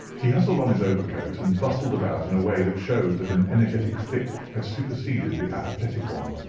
he hustled on his overcoat, and bustled about in a way that showed that an energetic fit had superseded the apathetic one.